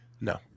No